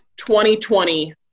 2020-